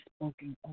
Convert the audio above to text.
spoken